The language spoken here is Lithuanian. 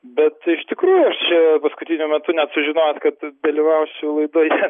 bet iš tikrųjų aš čia paskutiniu metu net sužinojęs kad dalyvausiu laidoje